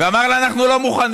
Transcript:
ואמר לה: אנחנו לא מוכנים.